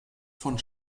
von